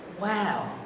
Wow